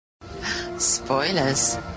Spoilers